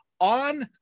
on